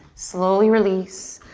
slowly release.